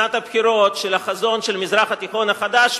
שנת הבחירות של החזון של מזרח תיכון חדש,